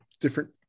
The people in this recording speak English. different